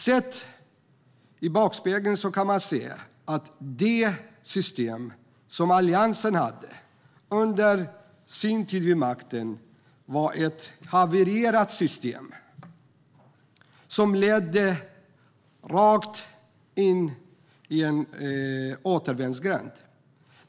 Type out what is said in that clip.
Sett i backspegeln var det system Alliansen hade under sin tid vid makten ett havererat system som ledde rakt in i en återvändsgränd.